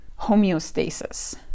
homeostasis